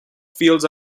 fields